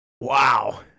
Wow